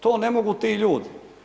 To ne mogu ti ljudi.